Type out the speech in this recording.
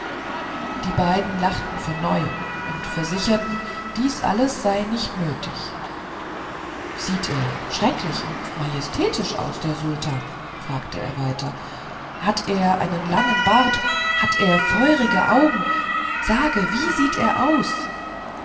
die beiden lachten von neuem und versicherten dies alles sei nicht nötig sieht er schrecklich und majestätisch aus der sultan fragte er weiter hat er einen langen bart macht er feurige augen sage wie sieht er aus